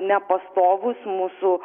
nepastovūs mūsų